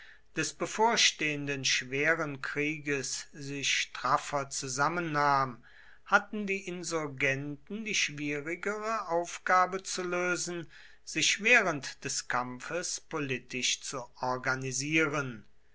des bevorstehenden schweren krieges sich straffer zusammennahm hatten die insurgenten die schwierigere aufgabe zu lösen sich während des kampfes politisch zu organisieren